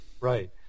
Right